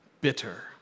Bitter